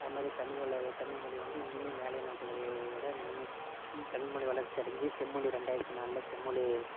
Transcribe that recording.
அது மாதிரி தமிழ் தமிழ்மொழி வந்து இன்னும் மேலைநாடுகள் உடன் இன்னும் தமிழ்மொழி வளர்ச்சி அடைஞ்சி செம்மொழி ரெண்டாயிரத்து நாளில் செம்மொழி